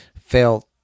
felt